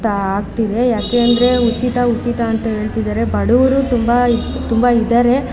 ತ ಆಗ್ತಿದೆ ಯಾಕೆಂದರೆ ಉಚಿತ ಉಚಿತ ಅಂತ ಹೇಳ್ತಿದ್ದಾರೆ ಬಡವರು ತುಂಬ ತುಂಬಾಯಿದ್ದಾರೆ